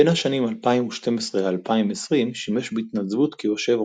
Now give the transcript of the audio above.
בין השנים 2012–2020 שימש בהתנדבות כיו"ר